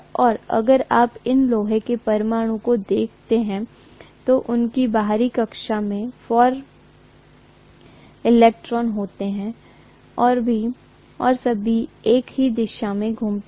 और अगर आप इन लोहे के परमाणुओं को देखते हैं तो उनकी बाहरी कक्षा में 4 इलेक्ट्रॉन होते हैं और सभी एक ही दिशा में घूमते हैं